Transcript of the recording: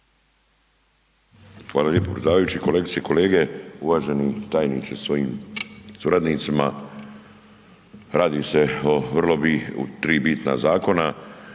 Hvala lijepo predsjedavajući, kolegice i kolege, uvaženi tajniče sa svojim suradnicima. Radi se o 3 bitna zakona.